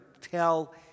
tell